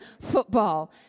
football